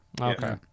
Okay